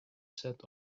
set